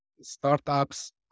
startups